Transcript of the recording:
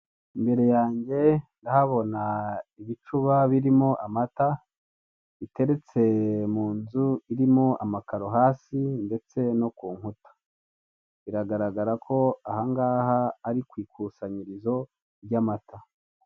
Imbere yanjye ndahabona ibicuba birimo amata, biteretse mu nzu irimo amakaro hasi ndetse no ku nkuta. Biragaragara ko ahangaha ari ku ikusanyirizo ry'amata.